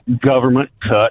government-cut